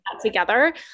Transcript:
together